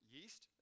Yeast